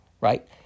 right